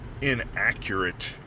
inaccurate